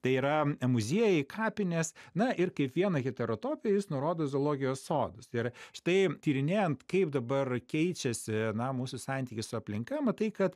tai yra muziejai kapinės na ir kaip vieną heteropiją jis nurodo zoologijos sodus tai yra štai tyrinėjant kaip dabar keičiasi na mūsų santykis su aplinka matai kad